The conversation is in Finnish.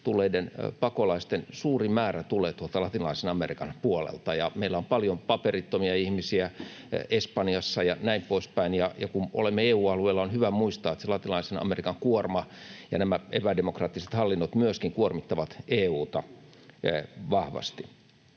pakolaisten suuri määrä tulee tuolta Latinalaisen Amerikan puolelta ja meillä on paljon paperittomia ihmisiä Espanjassa ja näin poispäin. Kun olemme EU-alueella, on hyvä muistaa, että se Latinalaisen Amerikan kuorma ja nämä epädemokraattiset hallinnot myöskin kuormittavat EU:ta vahvasti.